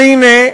והנה,